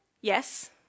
Yes